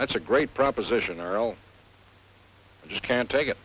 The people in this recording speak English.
that's a great proposition earl just can't take it